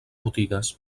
botigues